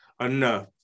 enough